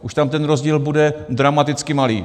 Už tam ten rozdíl bude dramaticky malý.